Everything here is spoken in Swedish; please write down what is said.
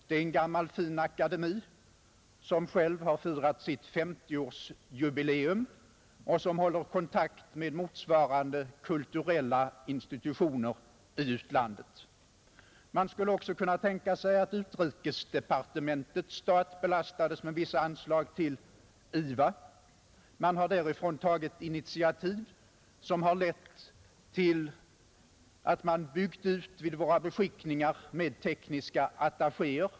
Det är en gammal fin akademi, som själv har firat sitt S0-årsjubileum och som håller kontakt med motsvarande kulturella institutioner i utlandet. Man skulle också kunna tänka sig att utrikesdepartementets stat belastades med vissa anslag till IVA, som har tagit initiativ vilka lett till att våra beskickningar byggts ut med tekniska attachéer.